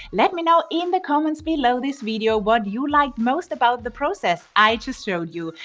let me know in the comments below this video, what you like most about the process i just showed you.